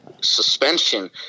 Suspension